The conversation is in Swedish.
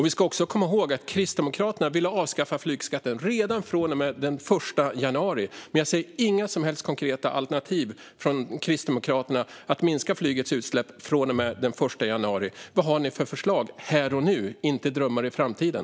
Vi ska också komma ihåg att Kristdemokraterna ville avskaffa flygskatten redan från och med den 1 januari. Men jag ser inga som helst konkreta alternativ från Kristdemokraterna för att minska flygets utsläpp från och med den 1 januari. Vad har ni för förslag här och nu och inte drömmar i framtiden?